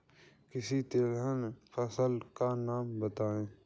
किसी तिलहन फसल का नाम बताओ